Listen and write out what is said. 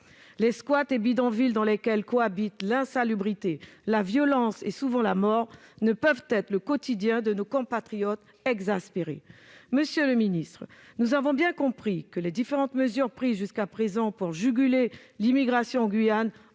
Les squats et bidonvilles, dans lesquels cohabitent l'insalubrité, la violence et souvent la mort, ne peuvent être le quotidien de nos compatriotes exaspérés. Monsieur le ministre, nous avons bien compris que les différentes mesures prises jusqu'à présent pour juguler l'immigration en Guyane